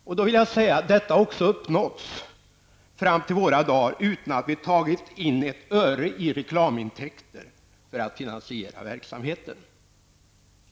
Jag vill säga att detta också uppnåtts fram till våra dagar utan att vi tagit in ett öre i reklamintäkter för att finansiera verksamheten.